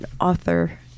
author